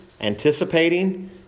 anticipating